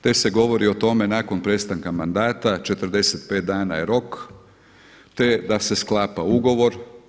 Te se govori o tome nakon prestanka mandata, 45 dana je rok te da se sklapa ugovor.